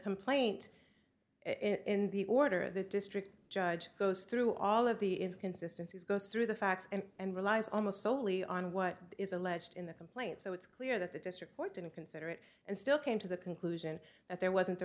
complaint in the order of the district judge goes through all of the is consistency goes through the facts and relies almost solely on what is alleged in the complaint so it's clear that the district court didn't consider it and still came to the conclusion that there wasn't the